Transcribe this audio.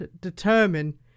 determine